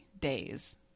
days